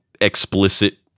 explicit